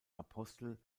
apostel